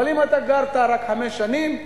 אבל אם אתה גרת רק חמש שנים,